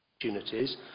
opportunities